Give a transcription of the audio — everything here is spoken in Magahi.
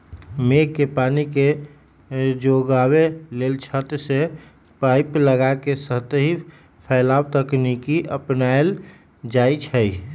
मेघ के पानी के जोगाबे लेल छत से पाइप लगा के सतही फैलाव तकनीकी अपनायल जाई छै